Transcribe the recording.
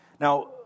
Now